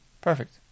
Perfect